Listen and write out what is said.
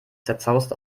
zerzaust